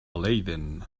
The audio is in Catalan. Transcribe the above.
leiden